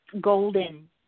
golden